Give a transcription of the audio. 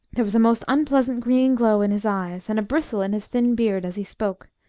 there was a most unpleasant green glow in his eyes and a bristle in his thin beard as he spoke,